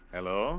Hello